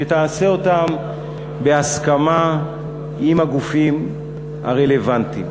תעשה אותה בהסכמה עם הגופים הרלוונטיים.